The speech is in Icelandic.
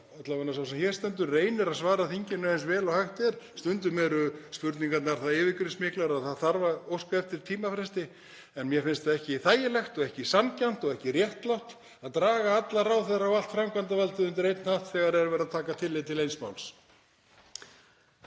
alla vega sá sem hér stendur, reyna að svara þinginu eins vel og hægt er. Stundum eru spurningarnar það yfirgripsmiklar að það þarf að óska eftir tímafresti en mér finnst ekki þægilegt og ekki sanngjarnt og ekki réttlátt að draga alla ráðherra og allt framkvæmdarvaldið undir einn hatt þegar verið er að taka tillit til eins máls.